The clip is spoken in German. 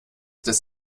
des